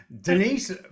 Denise